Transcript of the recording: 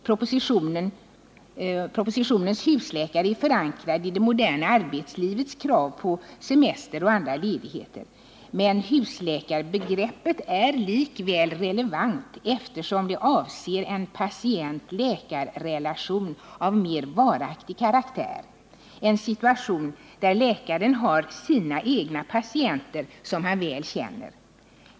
Propositionens husläkare är förankrad i det moderna arbetslivets krav på semester och andra ledigheter. Men husläkarbegreppet är likväl relevant, eftersom det avser en patient-läkar-relation av mer varaktig karaktär, en situation där läkaren har sina egna patienter som han väl känner.